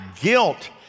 guilt